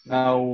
Now